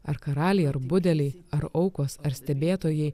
ar karaliai ar budeliai ar aukos ar stebėtojai